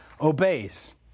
obeys